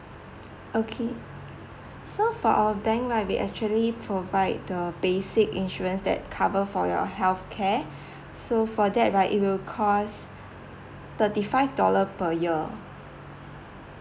okay so for our bank right we actually provide the basic insurance that cover for your health care so for that right it will cost thirty five dollar per year